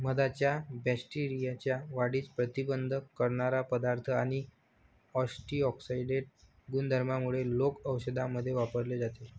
मधाच्या बॅक्टेरियाच्या वाढीस प्रतिबंध करणारा पदार्थ आणि अँटिऑक्सिडेंट गुणधर्मांमुळे लोक औषधांमध्ये वापरले जाते